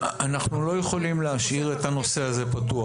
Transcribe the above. אנחנו לא יכולים להשאיר את הנושא הזה פתוח.